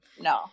no